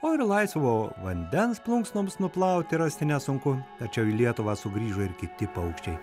o ir laisvo vandens plunksnoms nuplauti rasti nesunku tačiau į lietuvą sugrįžo ir kiti paukščiai